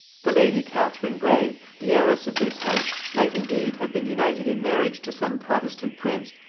the lady catherine grey, the heiress of this house, might indeed have been united in marriage to some protestant prince,